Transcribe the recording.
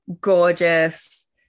gorgeous